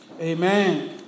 Amen